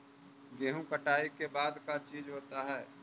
गेहूं कटाई के बाद का चीज होता है?